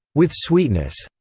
with sweetness.